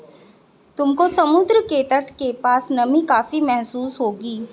तुमको समुद्र के तट के पास नमी काफी महसूस होगी